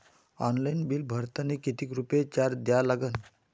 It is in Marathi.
ऑनलाईन बिल भरतानी कितीक रुपये चार्ज द्या लागन?